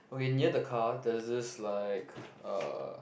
okay near the car there's this like uh